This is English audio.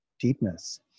deepness